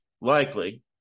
likely